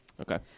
Okay